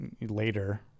later